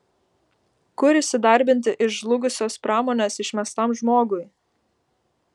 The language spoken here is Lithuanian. kur įsidarbinti iš žlugusios pramonės išmestam žmogui